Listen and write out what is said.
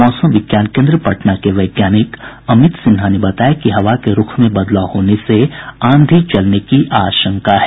मौसम विज्ञान केन्द्र पटना के वैज्ञानिक अमित सिन्हा ने बताया कि हवा के रूख में बदलाव होने से आंधी चलने की आशंका है